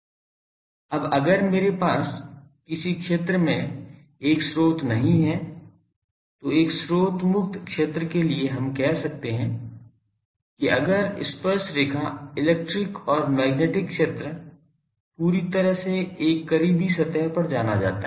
अब अगर मेरे पास किसी क्षेत्र में एक स्रोत नहीं है तो एक स्रोत मुक्त क्षेत्र के लिए हम कह सकते हैं कि अगर स्पर्शरेखा इलेक्ट्रिक और मैग्नेटिक क्षेत्र पूरी तरह से एक करीबी सतह पर जाना जाता है